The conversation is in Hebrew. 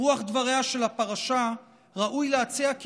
ברוח דבריה של הפרשה ראוי להציע כי